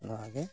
ᱱᱚᱣᱟᱜᱮ